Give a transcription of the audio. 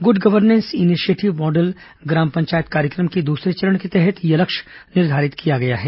good governance initiative model ग्राम पंचायत कार्यक्रम के दूसरे चरण के तहत यह लक्ष्य निर्धारित किया गया है